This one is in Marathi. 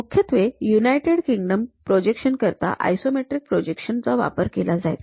मुख्यत्वे युनायटेड किंग्डम प्रोजेक्शन्स करिता आयसोमेट्रिक प्रोजेक्शन चा वापर केला जायचा